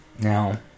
Now